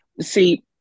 See